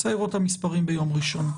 אני רוצה לראות את המספרים ביום ראשון.